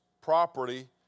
property